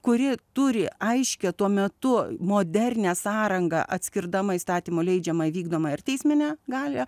kuri turi aiškią tuo metu modernią sąrangą atskirdama įstatymų leidžiamąją vykdomąją ir teisminę galią